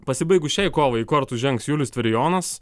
pasibaigus šiai kovai kortu žengs julius tverijonas